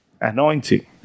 Anointing